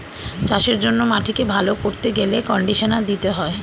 চাষের জন্য মাটিকে ভালো করতে গেলে কন্ডিশনার দিতে হয়